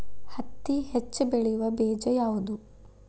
ಹತ್ತಿ ಹೆಚ್ಚ ಬೆಳೆಯುವ ಬೇಜ ಯಾವುದು?